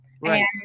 Right